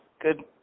good